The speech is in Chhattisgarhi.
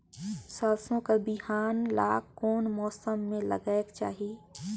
सरसो कर बिहान ला कोन मौसम मे लगायेक चाही?